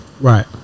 Right